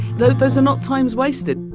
those those are not times wasted.